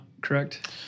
correct